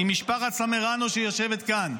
אם משפחת סמרנו שיושבת כאן,